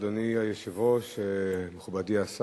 אדוני היושב-ראש, תודה רבה לך, מכובדי השר,